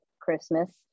Christmas